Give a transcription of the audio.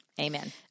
Amen